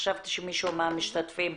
חשבתי שמישהו מהמשתתפים.